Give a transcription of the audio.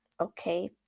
okay